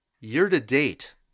year-to-date